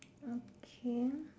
okay